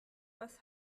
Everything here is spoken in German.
was